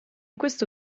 questo